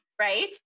right